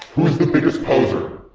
who's the biggest poser